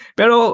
pero